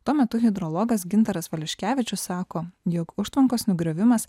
tuo metu hidrologas gintaras valiuškevičius sako jog užtvankos nugriovimas